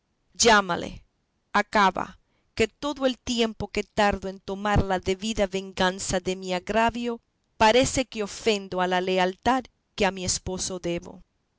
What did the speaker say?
llámale acaba que todo el tiempo que tardo en tomar la debida venganza de mi agravio parece que ofendo a la lealtad que a mi esposo debo